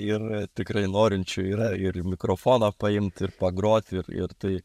ir tikrai norinčių yra ir mikrofoną paimt ir pagrot ir ir tai